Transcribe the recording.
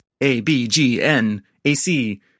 A-B-G-N-A-C